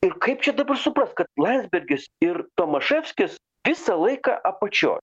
ir kaip čia dabar suprast kad landsbergis ir tomaševskis visą laiką apačioj